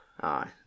Aye